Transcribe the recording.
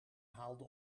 haalde